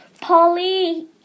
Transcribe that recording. Polly